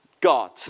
God